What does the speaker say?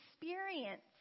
experience